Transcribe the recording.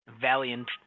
Valiant